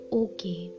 okay।